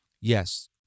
Yes